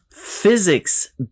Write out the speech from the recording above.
physics